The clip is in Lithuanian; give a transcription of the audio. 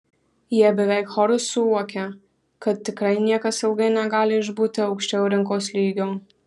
jie beveik choru suokia kad tikrai niekas ilgai negali išbūti aukščiau rinkos lygio